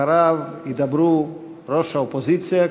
אחריו ידברו ראש האופוזיציה,